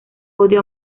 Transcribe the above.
odio